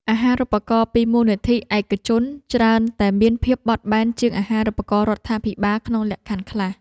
អាហារូបករណ៍ពីមូលនិធិឯកជនច្រើនតែមានភាពបត់បែនជាងអាហារូបករណ៍រដ្ឋាភិបាលក្នុងលក្ខខណ្ឌខ្លះ។